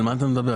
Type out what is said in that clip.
על מה אתה מדבר?